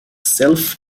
self